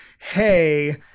hey